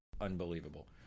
unbelievable